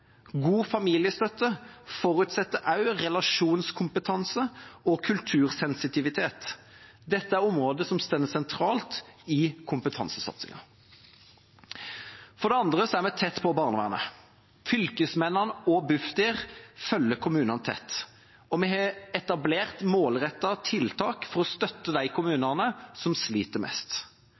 God familiestøtte forutsetter også relasjonskompetanse og kultursensitivitet. Dette er områder som står sentralt i kompetansesatsingen. For det andre er vi tett på barnevernet. Fylkesmennene og Bufdir følger kommunene tett, og vi har etablert målrettede tiltak for å støtte de kommunene som sliter mest.